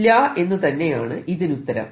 ഇല്ല എന്ന് തന്നെയാണ് ഇതിനുത്തരം